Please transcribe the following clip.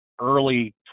early